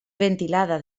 ventilada